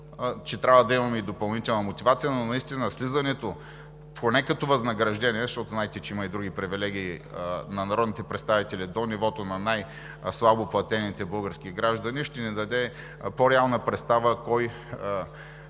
а трябва да имаме и допълнителна мотивация. Наистина слизането поне като възнаграждение, защото знаете, че има и други привилегии на народните представители до нивото на най-слабо платените български граждани ще ни даде по-реална представа кой